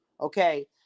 Okay